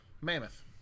Mammoth